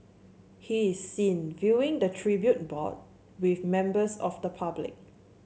he is seen viewing the tribute board with members of the public